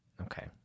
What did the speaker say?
Okay